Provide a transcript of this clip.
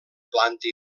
planta